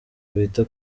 bita